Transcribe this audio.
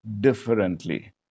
differently